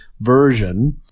Version